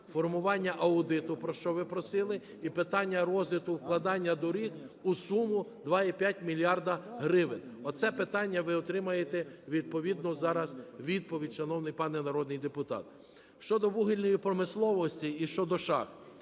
формування аудиту, про що ви просили, і питання розгляду вкладання доріг у суму 2,5 мільярда гривень. Оце питання ви отримаєте, відповідно, зараз відповідь, шановний пан народний депутат. Щодо вугільної промисловості і щодо шахт.